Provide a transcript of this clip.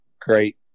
great